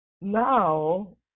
Now